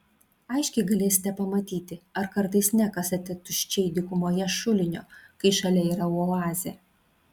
aiškiai galėsite pamatyti ar kartais nekasate tuščiai dykumoje šulinio kai šalia yra oazė